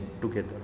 together